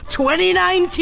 2019